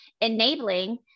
enabling